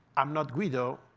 i'm not guido.